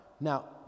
Now